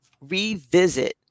revisit